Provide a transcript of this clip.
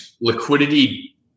liquidity